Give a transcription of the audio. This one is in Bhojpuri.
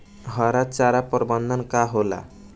हरा चारा प्रबंधन का होला?